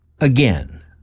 Again